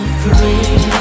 free